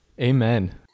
Amen